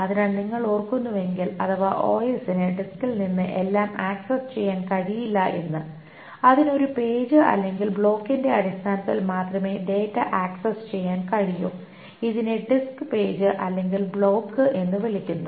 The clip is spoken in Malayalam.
അതിനാൽ നിങ്ങൾ ഓർക്കുന്നുവെങ്കിൽ അഥവാ OS ന് ഡിസ്കിൽ നിന്ന് എല്ലാം ആക്സസ് ചെയ്യാൻ കഴിയില്ലെന്ന് അതിന് ഒരു പേജ് അല്ലെങ്കിൽ ബ്ലോക്കിന്റെ അടിസ്ഥാനത്തിൽ മാത്രമേ ഡാറ്റ ആക്സസ് ചെയ്യാൻ കഴിയൂ ഇതിനെ ഡിസ്ക് പേജ് അല്ലെങ്കിൽ ബ്ലോക്ക് എന്ന് വിളിക്കുന്നു